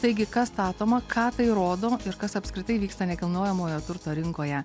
taigi kas statoma ką tai rodo ir kas apskritai vyksta nekilnojamojo turto rinkoje